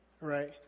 Right